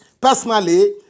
personally